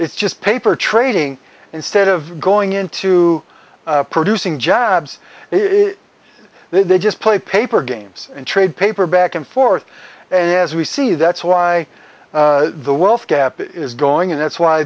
it's just paper trading instead of going into producing jobs they just play paper games and trade paper back and forth and as we see that's why the wealth gap is growing and that's why